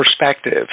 perspective